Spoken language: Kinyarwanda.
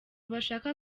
bashaka